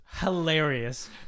hilarious